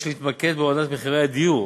יש להתמקד בהורדת מחירי הדיור.